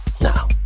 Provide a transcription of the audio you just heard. Now